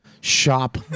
Shop